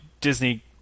Disney